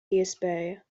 iespēja